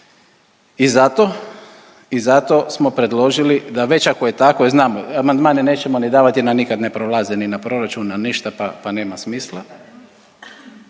i zato smo predložili da već ako je tako jer znamo, amandmane nećemo ni davat jer nam nikad ne prolaze, ni na proračun, na ništa pa, pa nema smisla.